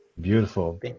beautiful